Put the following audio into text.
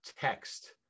text